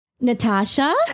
Natasha